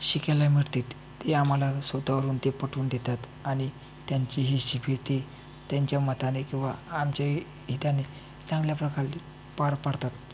शिकायला मिळतात ते आम्हाला स्वतःवरून ते पटवून देतात आणि त्यांची ही शिफिटी त्यांच्या मताने किंवा आमचे हिताने चांगल्या प्रकारे पार पाडतात